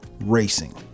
racing